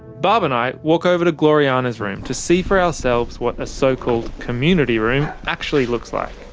barb and i walk over to gloriana's room to see for ourselves what a so-called community room actually looks like.